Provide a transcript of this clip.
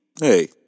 hey